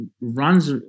runs